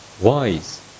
wise